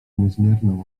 niezmierną